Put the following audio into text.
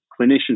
clinician